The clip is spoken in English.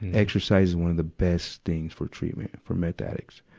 and exercise is one of the best things for treatment for meth addicts.